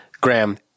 graham